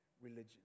religion